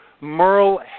Merle